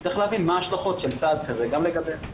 וצריך להבין מה ההשלכות של צעד כזה גם לגביהם.